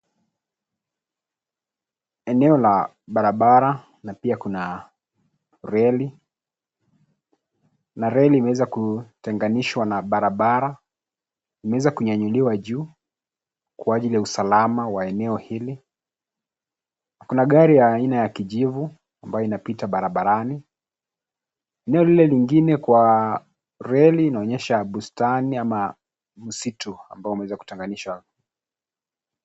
Eneo la barabara na pia kuna reli, na reli imeweza kutenganishwa na barabara. Imeweza kunyanyuliwa juu kwa ajili ya usalama wa eneo hili. Kuna gari ya aina ya kijivu ambayo inapita barabarani. Eneo lile lingine kwa reli, inaonyesha bustani ama msitu ambao umeweza kutenganishwa .